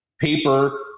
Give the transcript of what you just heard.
paper